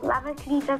labas rytas